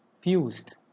fused